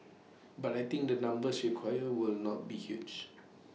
but I think the numbers required will not be huge